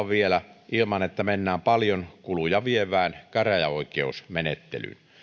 vielä neuvotella ilman että mennään paljon kuluja vievään käräjäoikeusmenettelyyn